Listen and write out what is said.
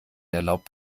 erlaubt